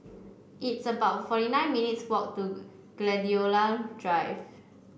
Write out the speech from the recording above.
it's about forty nine minutes' walk to Gladiola Drive